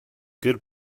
good